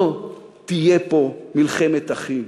לא תהיה פה מלחמת אחים.